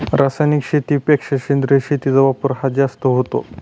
रासायनिक शेतीपेक्षा सेंद्रिय शेतीचा वापर हा जास्त होतो